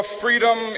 freedom